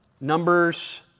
Numbers